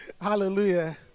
Hallelujah